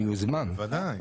בוודאי.